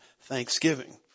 Thanksgiving